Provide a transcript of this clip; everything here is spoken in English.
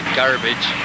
garbage